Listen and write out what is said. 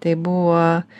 tai buvo